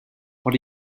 what